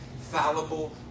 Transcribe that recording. fallible